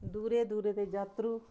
दूरै दूरै दे जात्तरू